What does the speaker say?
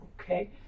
Okay